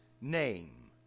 name